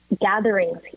gatherings